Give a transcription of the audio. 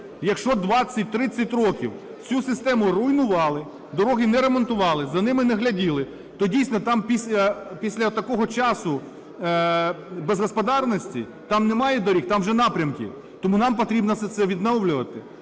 якщо 20-30 років цю систему руйнували, дороги не ремонтували, за ними не гляділи, то, дійсно, там після такого часу безгосподарності, там немає доріг - там вже напрямки. Тому нам потрібно все це відновлювати.